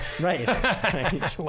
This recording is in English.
right